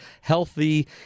healthy